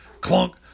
clunk